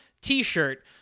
T-shirt